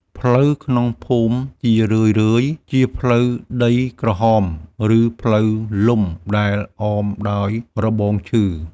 ផ្លូវក្នុងភូមិជារឿយៗជាផ្លូវដីក្រហម ឬផ្លូវលំដែលអមដោយរបងឈើ។